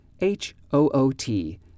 H-O-O-T